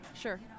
Sure